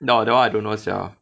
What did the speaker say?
no that one I don't know sia